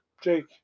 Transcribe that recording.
Jake